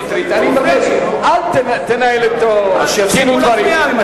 אני מבקש, אל תנהל אתו דין ודברים.